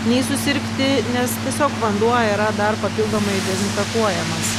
nei susirgti nes tiesiog vanduo yra dar papildomai dezinfekuojamas